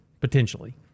potentially